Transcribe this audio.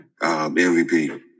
MVP